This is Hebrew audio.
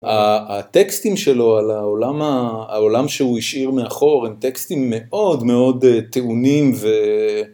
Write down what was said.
הטקסטים שלו על העולם שהוא השאיר מאחור הם טקסטים מאוד מאוד טעונים.